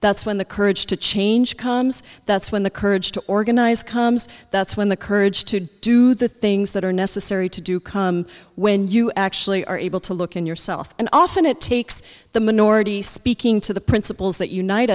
that's when the courage to change comes that's when the courage to organize comes that's when the courage to do the things that are necessary to do come when you actually are able to look in yourself and often it takes the minority speaking to the principles that unite